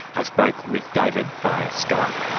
i spoke with david via skype.